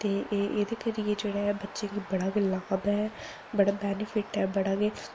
ते एह् एह्दे करियै जेह्ड़ा ऐ बच्चे गी बड़ा गै लाभ ऐ बड़ा बैनिफिट ऐ बड़ा गै